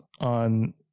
on